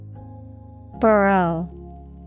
burrow